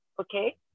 okay